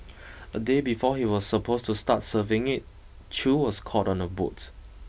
a day before he was supposed to start serving it Chew was caught on a boat